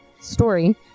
story